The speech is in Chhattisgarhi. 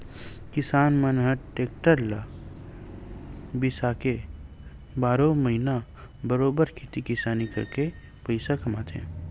किसान मन ह टेक्टर ल बिसाके बारहो महिना बरोबर खेती किसानी करके पइसा कमाथे